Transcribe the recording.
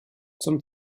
zum